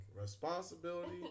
responsibility